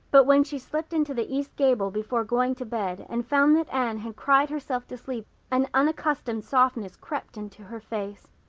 but when she slipped into the east gable before going to bed and found that anne had cried herself to sleep an unaccustomed softness crept into her face.